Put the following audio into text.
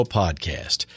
podcast